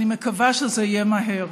אני מקווה שזה יהיה מהר.